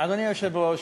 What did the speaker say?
אדוני היושב-ראש,